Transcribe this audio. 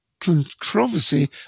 controversy